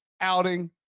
outing